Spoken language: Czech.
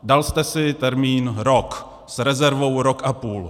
Dal jste si termín rok, s rezervou rok a půl.